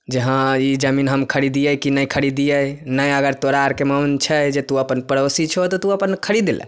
जे हँ ई जमीन हम खरीदियै कि नहि खरीदियै नहि अगर तोरा आरके मोन छै जे तू अपन पड़ोसी छौ तऽ तू अपन खरीद लए